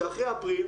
שאחרי אפריל,